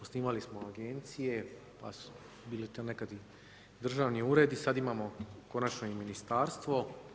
Osnivali smo agencije, pa su bili to nekad i državni uredi, sad imamo konačno i Ministarstvo.